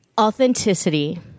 Authenticity